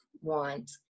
want